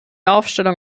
aufstellung